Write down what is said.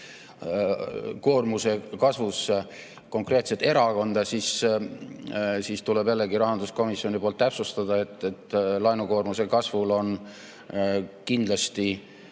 laenukoormuse kasvus konkreetset erakonda. Tuleb jällegi rahanduskomisjoni poolt täpsustada, et laenukoormuse kasvul on kindlasti